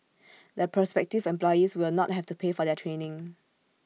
the prospective employees will not have to pay for their training